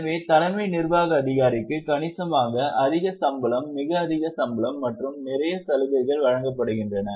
எனவே தலைமை நிர்வாக அதிகாரிக்கு கணிசமாக அதிக சம்பளம் மிக அதிக சம்பளம் மற்றும் நிறைய சலுகைகள் வழங்கப்படுகின்றன